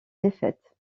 défaite